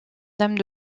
dame